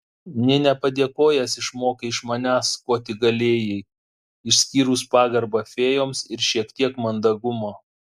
nė nepadėkojęs išmokai iš manęs ko tik galėjai išskyrus pagarbą fėjoms ir šiek tiek mandagumo